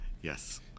yes